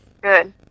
Good